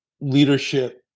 leadership